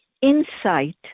insight